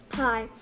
hi